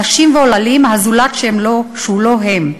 נשים ועוללים הזולת שהוא לא הם.